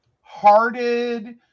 hearted